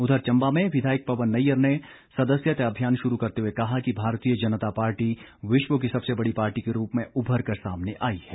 उधर चम्बा में विधायक पवन नैय्यर ने सदस्यता अभियान शुरू करते हुए कहा कि भारतीय जनता पार्टी विश्व की सबसे बड़ी पार्टी के रूप में उभर कर सामने आई है